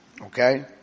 Okay